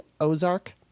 Ozark